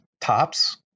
tops